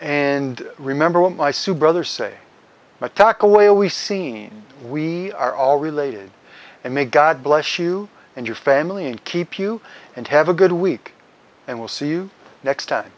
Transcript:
and remember what my sue brother say attack a lawyer we seen we are all related and may god bless you and your family and keep you and have a good week and we'll see you next time